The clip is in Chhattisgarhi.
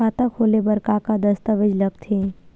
खाता खोले बर का का दस्तावेज लगथे?